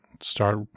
start